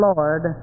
Lord